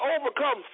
overcome